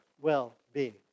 well-being